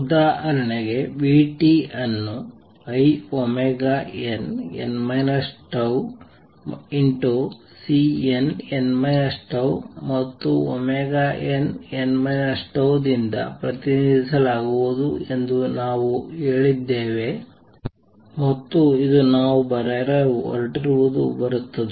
ಉದಾಹರಣೆಗೆ v ಅನ್ನು inn τCnn τಮತ್ತು nn τ ದಿಂದ ಪ್ರತಿನಿಧಿಸಲಾಗುವುದು ಎಂದು ನಾವು ಹೇಳಿದ್ದೇವೆ ಮತ್ತು ಇದು ನಾವು ಬರೆಯಲು ಹೊರಟಿರುವುದರಿಂದ ಬರುತ್ತದೆ